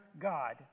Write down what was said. God